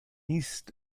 east